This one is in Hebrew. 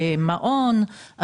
מעון,